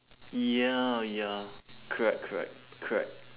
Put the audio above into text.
ya ya correct correct correct